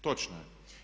Točno je.